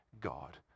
God